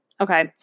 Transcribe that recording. Okay